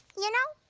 you know,